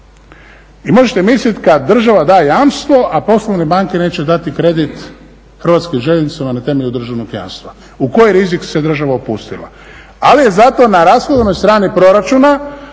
I možete misliti kad država daje jamstvo, a poslovne banke neće dati kredit Hrvatskim željeznicama na temelju državnog jamstva u koji rizik se država upustila. Ali je zato na rashodovnoj strani proračuna